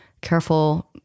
careful